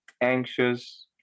anxious